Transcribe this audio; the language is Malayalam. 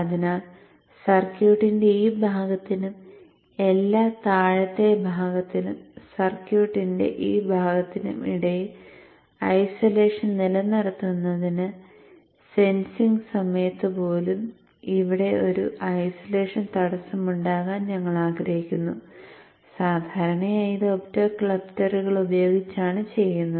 അതിനാൽ സർക്യൂട്ടിന്റെ ഈ ഭാഗത്തിനും എല്ലാ താഴത്തെ ഭാഗത്തിനും സർക്യൂട്ടിന്റെ ഈ ഭാഗത്തിനും ഇടയിൽ ഐസൊലേഷൻ നിലനിർത്തുന്നതിന് സെൻസിംഗ് സമയത്ത് പോലും ഇവിടെ ഒരു ഐസൊലേഷൻ തടസ്സം ഉണ്ടാകാൻ ഞങ്ങൾ ആഗ്രഹിക്കുന്നു സാധാരണയായി ഇത് ഒപ്റ്റോ കപ്ലറുകൾ ഉപയോഗിച്ചാണ് ചെയ്യുന്നത്